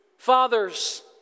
Fathers